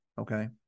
Okay